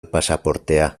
pasaportea